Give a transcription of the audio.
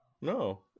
No